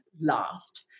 last